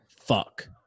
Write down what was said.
fuck